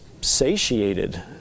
satiated